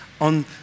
on